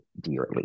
dearly